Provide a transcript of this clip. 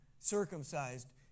circumcised